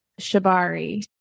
Shibari